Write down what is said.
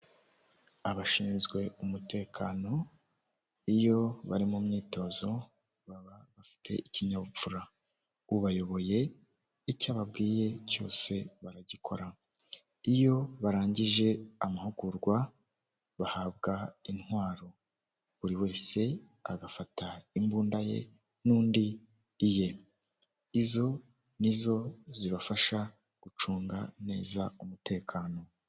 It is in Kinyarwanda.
Imashini ibara amafaranga, igikoresho cy'ikoranabuhanga gishinzwe kubara amafaranga gikoreshwa muri banki zose yaba izigenga n'iza reta aho gifasha abakozi ba banki kubara amafaranga vuba kandi neza.